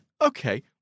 Okay